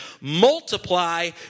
Multiply